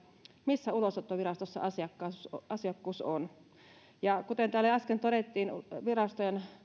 missä ulosottovirastossa asiakkuus asiakkuus on kuten täällä jo äsken todettiin virastojen